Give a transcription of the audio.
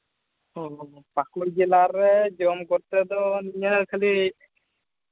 ᱚ ᱯᱟᱹᱠᱩᱲ ᱡᱮᱞᱟ ᱨᱮ ᱡᱚᱢ ᱠᱚᱛᱮ ᱫᱚ ᱱᱤᱭᱟᱹ ᱠᱷᱟᱹᱞᱤ